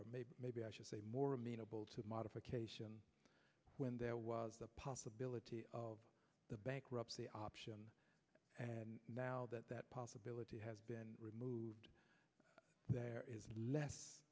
maybe i should say more amenable to modification when there was the possibility of the bankruptcy option and now that that possibility has been removed there is less